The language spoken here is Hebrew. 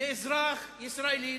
לאזרח ישראלי,